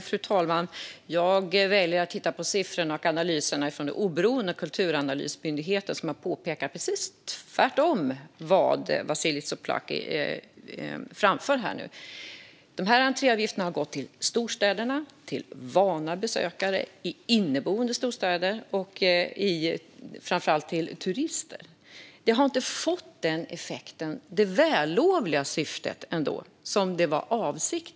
Fru talman! Jag väljer att titta på siffrorna och analyserna från den oberoende Myndigheten för kulturanalys, som har påpekat precis det motsatta till vad Vasiliki Tsouplaki framför här. Avskaffandet av entréavgifterna har gått till storstäderna, till vana besökare som bor i storstäder och framför allt till turister. Syftet var vällovligt, men det har inte fått den effekt som avsågs.